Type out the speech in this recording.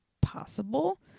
possible